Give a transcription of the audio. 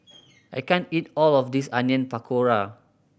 I can't eat all of this Onion Pakora